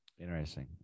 Interesting